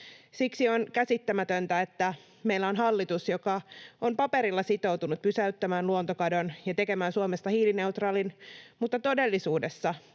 Siksi on käsittämätöntä, että meillä on hallitus, joka on paperilla sitoutunut pysäyttämään luontokadon ja tekemään Suomesta hiilineutraalin mutta todellisuudessa